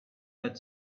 that